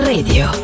Radio